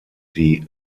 die